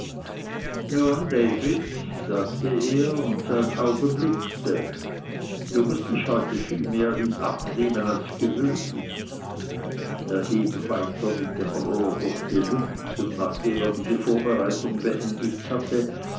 sagte er und sein auge blitzte du mußt dich heute viel mehr in acht nehmen als gewöhnlich er hieb wieder mit dem rohr durch die luft und nachdem er diese vorbereitung beendigt hatte